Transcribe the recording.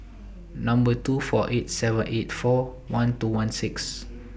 Number two four eight seven eight four one two one six